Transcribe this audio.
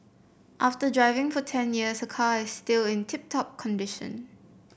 after driving for ten years her car is still in tip top condition